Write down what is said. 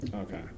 Okay